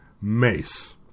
Mace